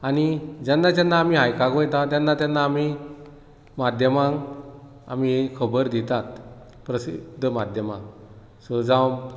आनी जेन्ना जेन्ना आमी हायकाक वयता तेन्ना तेन्ना आमी माध्यमांक आमी खबर दिता प्रसिद्द माध्यमां सो जावं